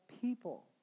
people